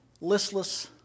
listless